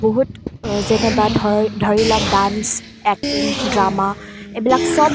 বহুত যেনেবা ধৰ ধৰি লওক ডান্স এক্টিং দ্ৰামা এইবিলাক সব